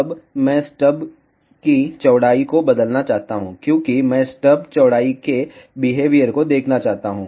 अब मैं स्टब की चौड़ाई को बदलना चाहता हूं क्योंकि मैं स्टब चौड़ाई के बिहेवियर को देखना चाहता हूं